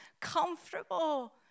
comfortable